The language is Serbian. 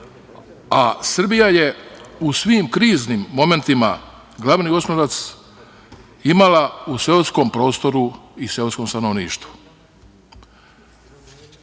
a Srbija je u svim kriznim momentima, glavni oslonac imala u seoskom prostoru i seoskom stanovništvu. Želim